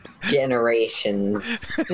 Generations